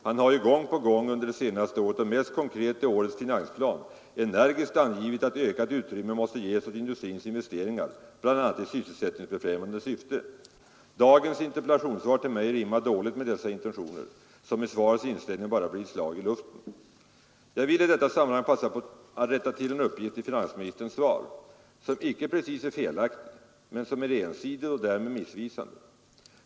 Han har ju gång på gång under det senaste året och mest konkret i årets finansplan energiskt angivit att ökat utrymme måste ges åt industrins investeringar, bl.a. i sysselsättningsfrämjande syfte. Dagens interpellationssvar till mig rimmar dåligt med dessa intentioner, som med svarets inställning bara blir ett slag i luften. Jag vill i detta sammanhang passa på att rätta till en uppgift i finansministerns svar, som icke precis är felaktig men som är ensidig och därmed missvisande.